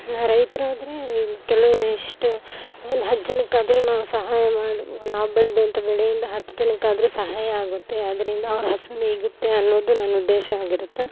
ನಾ ರೈತರಾದ್ರೆ ಕೆಲವು ಎಷ್ಟು ಒಂದು ಹತ್ತು ಜನಕ್ಕಾದರೂ ನಾ ಸಹಾಯ ಮಾಡಿ ನಾವು ಬೆಳ್ದಂಥ ಬೆಳೆಯಿಂದ ಹತ್ತು ಜನಕ್ಕಾದರೂ ಸಹಾಯ ಆಗುತ್ತೆ ಅದರಿಂದ ಅವ್ರ ಹಸಿವು ನೀಗುತ್ತೆ ಅನ್ನೋದು ನನ್ನ ಉದ್ದೇಶ ಆಗಿರುತ್ತೆ